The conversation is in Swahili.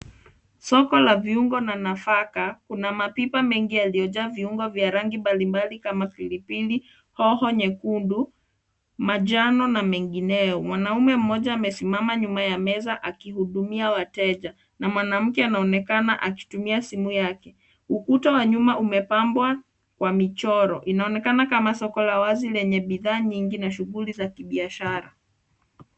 Soko la viungo na nafaka una mapipa mengi yaliyojaa viungo vya rangi mbalimbali kama pilipili, hoho nyekundu, manjano na mengineyo. Mwanaume mmoja amesimama nyuma ya meza akihudumia wateja na mwanamke anaonekana akitumia simu yake. Ukuta wa nyuma umepambwa kwa michoro. Inaonekana kama soko la wazi lenye bidhaa nyingi na shughuli za kibiashara.